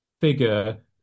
figure